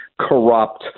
corrupt